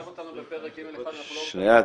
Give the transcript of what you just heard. אותנו בפרק ג'1 ואנחנו לא רוצים --- שנייה,